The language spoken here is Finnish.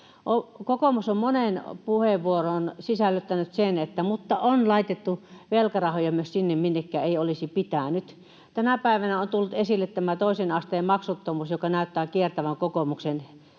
Kokoomus on moneen puheenvuoroon sisällyttänyt: mutta on laitettu velkarahoja myös sinne, minnekä ei olisi pitänyt. Tänä päivänä on tullut esille tämä toisen asteen maksuttomuus, joka näyttää hiertävän kokoomuksen